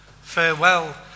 farewell